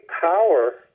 power